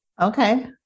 Okay